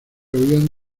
huían